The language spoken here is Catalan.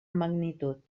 magnitud